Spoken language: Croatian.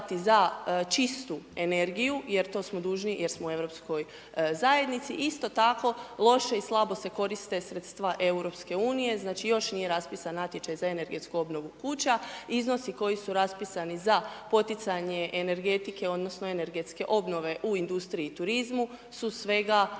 za čistu energiju jer to smo dužni jer smo u Europskoj zajednici. Isto tako, loše i slabo se koriste sredstva EU, znači, još nije raspisan natječaj za energetsku obnovu kuća, iznosi koji su raspisani za poticanje energetike odnosno energetske obnove u industriji i turizmu su svega, ni